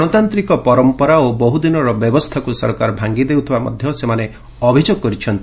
ଗଣତାନ୍ତ୍ରିକ ପରମ୍ପରା ଓ ବହୁଦିନର ବ୍ୟବସ୍ଥାକୁ ସରକାର ଭାଙ୍ଗିଦେଉଥିବା ସେମାନେ ଅଭିଯୋଗ କରିଛନ୍ତି